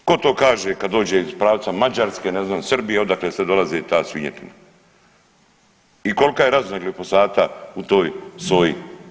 Tko to kaže kad dođe iz pravca Mađarske, ne znam Srbije odakle sve dolazi ta svinjetina i kolika je razina glifosata u toj soji?